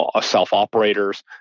self-operators